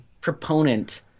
proponent